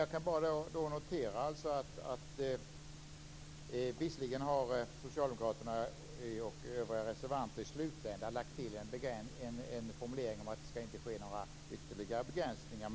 Jag kan bara notera att socialdemokraterna och övriga reservanter i slutändan visserligen har lagt till en formulering om att det inte skall ske några ytterligare begränsningar.